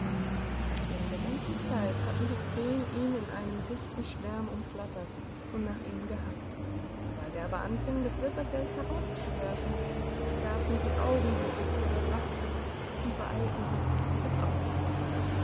während der ganzen zeit hatten die krähen ihn in einem dichten schwarm umflattert und nach ihm gehackt sobald er aber anfing das silbergeld herauszuwerfen vergaßensieaugenblicklichihrerachsuchtundbeeiltensich es aufzufangen